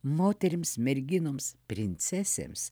moterims merginoms princesėms